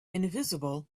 invisible